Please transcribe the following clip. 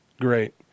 great